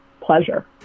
pleasure